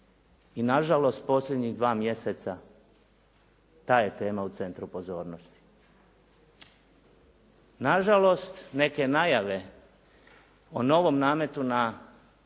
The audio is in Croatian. i na žalost posljednjih 2 mjeseca ta je tema u centru pozornosti. Na žalost, neke najave o novom nametu na